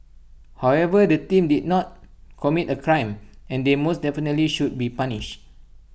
however the team did not commit A crime and they most definitely should be punished